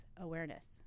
awareness